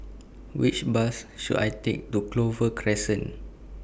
Which Bus should I Take to Clover Crescent